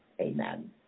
Amen